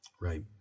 right